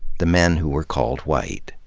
the men who were called white?